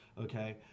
Okay